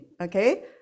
okay